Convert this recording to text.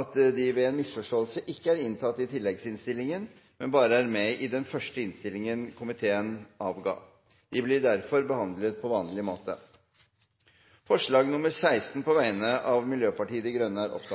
at de ved en misforståelse ikke er inntatt i tilleggsinnstillingen, men bare er med i den første innstillingen komiteen avga. De blir derfor behandlet på vanlig måte. Det voteres over forslag nr. 16, fra Miljøpartiet De Grønne.